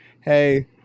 hey